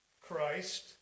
christ